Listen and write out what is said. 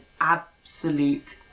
absolute